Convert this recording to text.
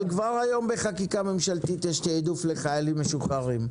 אבל כבר היום בחקיקה ממשלתית יש תיעדוף לחיילים משוחררים.